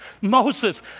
Moses